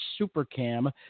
Supercam